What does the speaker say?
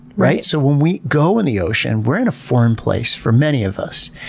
right? so when we go in the ocean, we're in a foreign place, for many of us.